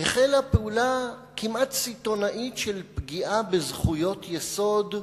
החלה פעולה כמעט סיטונאית של פגיעה בזכויות יסוד,